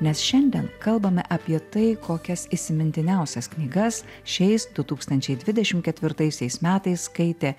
nes šiandien kalbame apie tai kokias įsimintiniausias knygas šiais du tūkstančiai dvidešim ketvirtaisiais metais skaitė